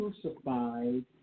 crucified